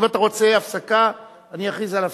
אם אתה רוצה הפסקה אני אכריז על הפסקה.